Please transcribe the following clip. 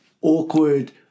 awkward